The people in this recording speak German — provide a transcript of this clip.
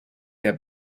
der